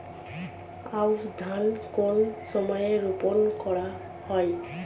আউশ ধান কোন সময়ে রোপন করা হয়?